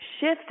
shift